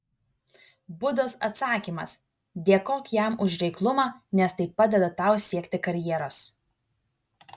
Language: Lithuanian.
budos atsakymas dėkok jam už reiklumą nes tai padeda tau siekti karjeros